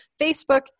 Facebook